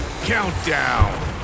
Countdown